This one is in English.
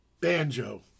Banjo